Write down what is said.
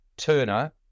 turner